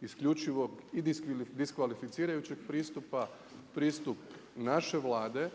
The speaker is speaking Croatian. isključivog i diskvalificirajućeg pristupa, pristup naše Vlade,